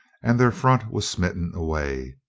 and their front was smitten away.